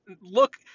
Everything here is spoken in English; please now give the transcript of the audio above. look